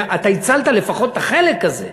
אתה הצלת לפחות את החלק הזה,